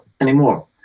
anymore